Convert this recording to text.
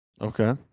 Okay